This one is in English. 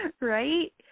Right